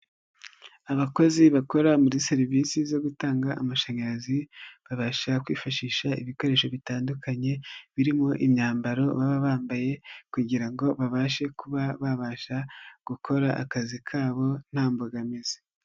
Abakozi bakora muri serivisi zo gutanga amashanyarazi babasha kwifashisha ibikoresho bitandukanye birimo imyambaro baba bambaye kugira ngo babashe kuba babasha gukora akazi kabo nta mbogamizi.